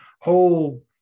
whole